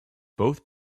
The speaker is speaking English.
both